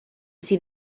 see